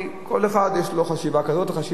כל אחד יש לו חשיבה כזאת וחשיבה אחרת,